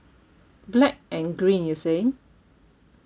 black and green you're saying